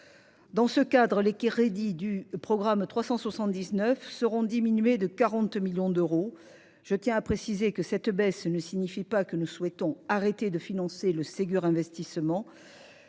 Dans ce cadre, les crédits du programme 379 seront diminués de 40 millions d’euros. Je tiens à préciser que cette baisse ne signifie pas que nous souhaitons arrêter de financer le Ségur investissement.